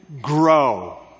grow